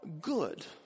good